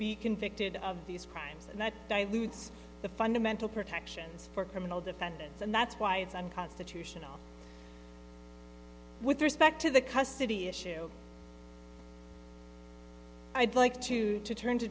be convicted of these crimes and that dilutes the fundamental protections for criminal defendants and that's why it's unconstitutional with respect to the custody issue i'd like to turn to